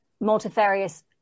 multifarious